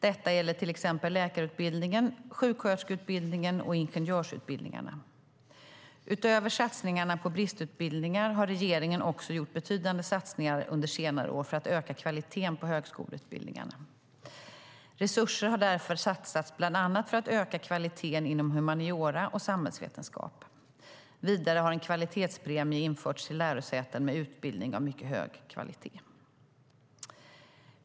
Detta gäller till exempel läkarutbildningen, sjuksköterskeutbildningen och ingenjörsutbildningarna. Utöver satsningarna på bristutbildningar har regeringen också gjort betydande satsningar under senare år för att öka kvaliteten på högskoleutbildningarna . Resurser har därför satsats bland annat för att öka kvaliteten inom humaniora och samhällsvetenskap. Vidare har en kvalitetspremie införts till lärosäten med utbildning av mycket hög kvalitet.